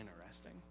Interesting